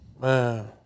Man